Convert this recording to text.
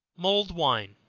mulled wine.